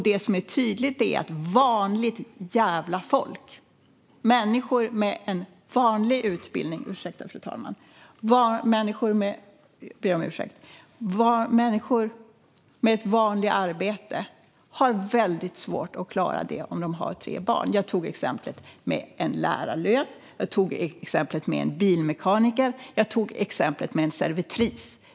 Det som är tydligt är att vanligt jävla folk - jag ber om ursäkt, fru talman - med en vanlig utbildning och ett vanligt arbete har väldigt svårt att klara det om de har tre barn. Jag tog som exempel en lärare, en bilmekaniker och en servitris.